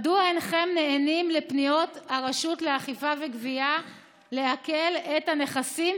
מדוע אינכם נענים לפניות הרשות לאכיפה וגבייה לעקל את הנכסים?